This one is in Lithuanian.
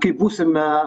kai būsime